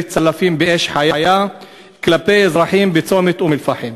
צלפים באש חיה כלפי אזרחים בצומת אום-אלפחם,